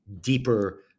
deeper